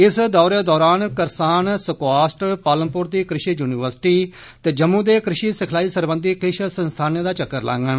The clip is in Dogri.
इस दौरा दरान करसान सोकास्ट पालमप्र दी कृषि य्निवर्सटी ते जम्मू दे कृषि सिखलाई सरबंधी किश संस्थाने दा चक्कर लाडन